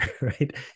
right